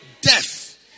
death